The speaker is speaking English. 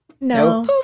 No